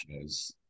shows